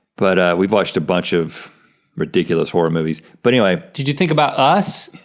but we've watched a bunch of ridiculous horror movies. but anyway. did you think about us,